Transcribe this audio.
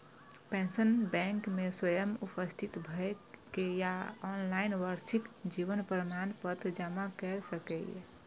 pensioner bank मे स्वयं उपस्थित भए के या ऑनलाइन वार्षिक जीवन प्रमाण पत्र जमा कैर सकैए